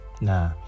nah